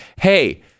hey